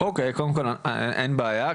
אין בעיה,